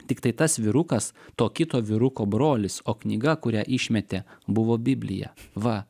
tiktai tas vyrukas to kito vyruko brolis o knyga kurią išmetė buvo biblija va